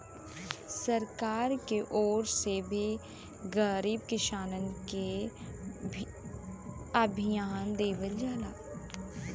सरकार के ओर से भी गरीब किसानन के धियान देवल जाला